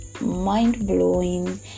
mind-blowing